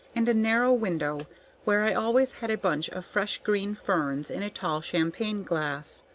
and a narrow window where i always had a bunch of fresh green ferns in a tall champagne-glass.